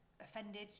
offended